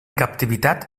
captivitat